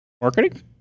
Marketing